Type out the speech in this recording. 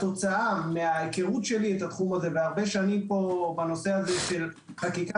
התוצאה מההיכרות שלי את התחום הזה והרבה שנים בנושא של חקיקה